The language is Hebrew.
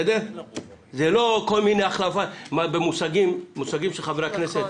זה לא כל מיני במושגים של חברי הכנסת